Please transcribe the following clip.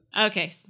okay